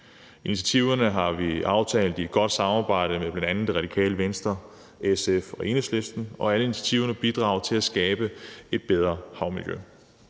Initiativerne har vi aftalt i et godt samarbejde med bl.a. Radikale Venstre, SF og Enhedslisten, og alle initiativerne bidrager til at skabe et bedre havmiljø.